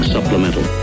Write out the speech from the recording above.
Supplemental